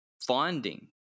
finding